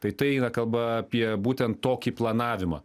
tai tai eina kalba apie būtent tokį planavimą